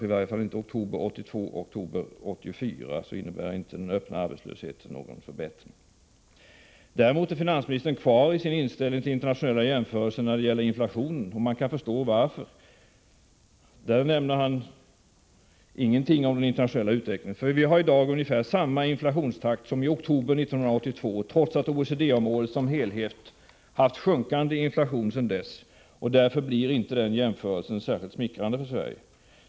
I varje fall har det inte skett någon förbättring i fråga om den öppna arbetslösheten mellan oktober 1982 och oktober 1984. Finansministern vidhåller däremot sin inställning till internationella jämförelser när det gäller inflationen, och man kan förstå varför. Där nämner han ingenting om den internationella utvecklingen. Vi har i dag ungefär samma inflationstakt som i oktober 1982, trots att OECD-området som helhet haft sjunkande inflation efter den tidpunkt jag nämnde. Därför blir inte en jämförelse särskilt smickrande för Sverige.